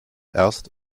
erst